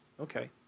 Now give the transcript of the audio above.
Okay